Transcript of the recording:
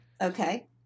Okay